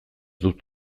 dut